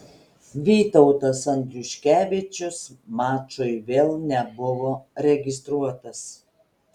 vytautas andriuškevičius mačui vėl nebuvo registruotas